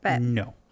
No